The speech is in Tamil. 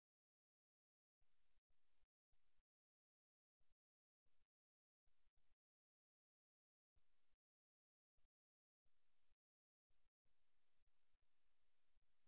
அவர்கள் ஒருவருடன் பேசும்போது அல்லது உரையாடலில் பங்கேற்பதற்கு முன்பு அவர்களின் மன சூழ்நிலைகளின் கால்கள் மற்றும் கால்களின் நிலையிலிருந்து நாம் யூகிக்க முடியும்